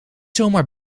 zomaar